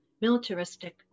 militaristic